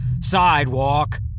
sidewalk